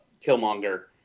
Killmonger